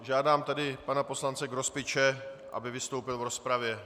Žádám tedy pana poslance Grospiče, aby vystoupil v rozpravě.